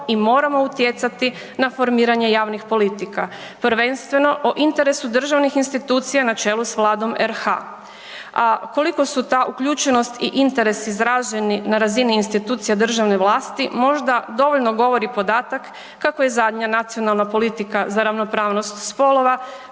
i moramo utjecati na formiranje javnih politika, prvenstveno o interesu državnih institucija na čelu s Vladom RH, a koliko su ta uključenost i interes izraženi na razini institucija državne vlasti možda dovoljno govori podatak kako je zadnja nacionalna politika za ravnopravnost spolova